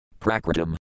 Prakritam